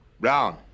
Brown